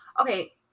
okay